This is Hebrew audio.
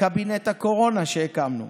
קבינט הקורונה שהקמנו,